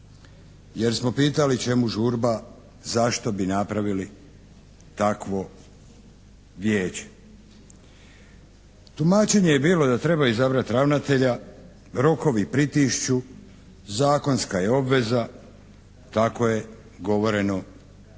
jer smo pitali čemu žurba, zašto bi napravili takvo Vijeće? Tumačenje je bilo da treba izabrati ravnatelja, rokovi pritišću, zakonska je obveza, tako je govoreno